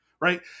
right